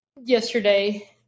yesterday